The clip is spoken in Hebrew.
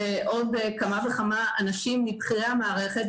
ועוד כמה וכמה אנשים מבכירי המערכת,